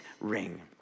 ring